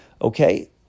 Okay